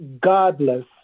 godless